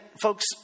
folks